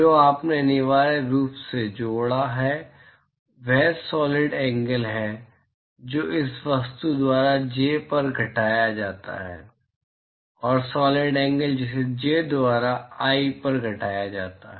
जो आपने अनिवार्य रूप से जोड़ा है वह सॉलिड एंगल है जो इस वस्तु द्वारा j पर घटाया जाता है और सॉलिड एंगल जिसे j द्वारा i पर घटाया जाता है